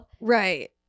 Right